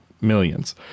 millions